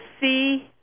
see